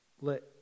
Let